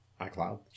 iCloud